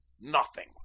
Nothing